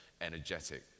energetic